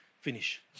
finish